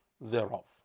thereof